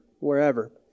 wherever